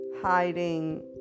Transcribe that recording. hiding